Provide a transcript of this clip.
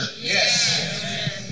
Yes